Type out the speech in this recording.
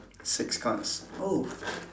six cards oh